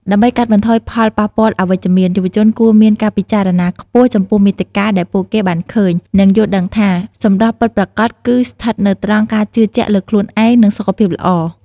ដើម្បីកាត់បន្ថយផលប៉ះពាល់អវិជ្ជមាន យុវជនគួរមានការពិចារណាខ្ពស់ចំពោះមាតិកាដែលពួកគេបានឃើញ និងយល់ដឹងថា សម្រស់ពិតប្រាកដគឺស្ថិតនៅត្រង់ការជឿជាក់លើខ្លួនឯង និងសុខភាពល្អ។